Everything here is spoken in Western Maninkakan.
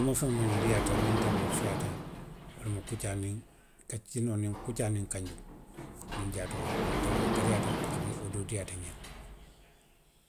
Domofeŋo miŋ diiyaata, miŋ taboo feeyaata wo lemu kuccaa niŋ kinoo, kuccaa niŋ kanjoo niŋ jaatoo wolu tariyaata aduŋ i diiyaata nňe le.